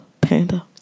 panda